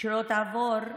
שלא תעבור,